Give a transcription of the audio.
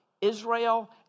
Israel